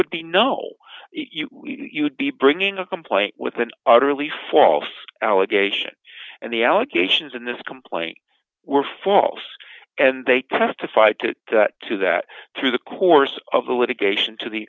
would be no you'd be bringing a complaint with an utterly false allegation and the allegations in this complaint were false and they testified to to that through the course of the litigation to the